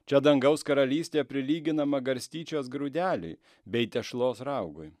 čia dangaus karalystė prilyginama garstyčios grūdeliui bei tešlos raugui